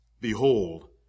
Behold